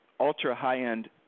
ultra-high-end